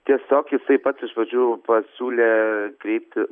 tiesiog jisai pats iš pradžių pasiūlė kreipti